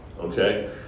Okay